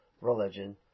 religion